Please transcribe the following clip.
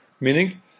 Meaning